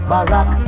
Barack